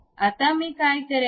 आता मी काय करेन